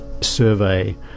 survey